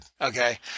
okay